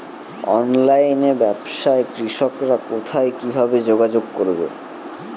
অনলাইনে ব্যবসায় কৃষকরা কোথায় কিভাবে যোগাযোগ করবে?